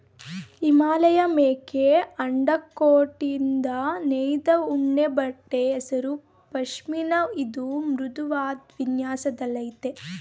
ಹಿಮಾಲಯಮೇಕೆ ಅಂಡರ್ಕೋಟ್ನಿಂದ ನೇಯ್ದ ಉಣ್ಣೆಬಟ್ಟೆ ಹೆಸರು ಪಷ್ಮಿನ ಇದು ಮೃದುವಾದ್ ವಿನ್ಯಾಸದಲ್ಲಯ್ತೆ